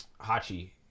Hachi